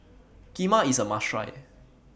Kheema IS A must Try